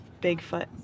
Bigfoot